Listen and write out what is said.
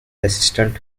assistant